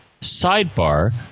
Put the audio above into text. Sidebar